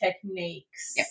techniques